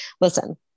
Listen